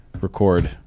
record